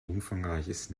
umfangreiches